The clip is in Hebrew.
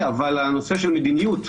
אבל הנושא של מדיניות,